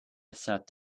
sat